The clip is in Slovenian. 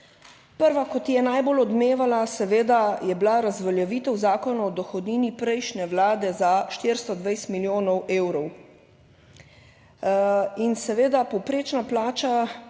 Prva, ko ti je najbolj odmevala, seveda, je bila razveljavitev Zakona o dohodnini prejšnje vlade za 420 milijonov evrov. In seveda, povprečna plača